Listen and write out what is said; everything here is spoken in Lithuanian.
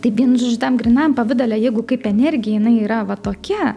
tai vien šitam grynajam pavidale jeigu kaip energija jinai yra va tokia